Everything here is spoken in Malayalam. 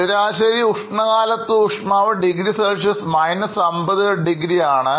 ശരാശരി ചൂടുകാലത്ത് ഊഷ്മാവ് ഡിഗ്രി സെൽഷ്യസ് 50° Cആണ്